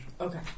Okay